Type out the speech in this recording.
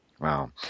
Wow